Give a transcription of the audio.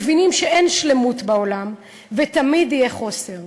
מבינים שאין שלמות בעולם ותמיד יהיה חוסר,